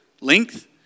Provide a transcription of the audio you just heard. length